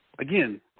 again –